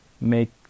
make